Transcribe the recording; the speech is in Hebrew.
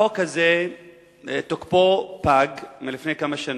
החוק הזה תוקפו פג לפני כמה שנים,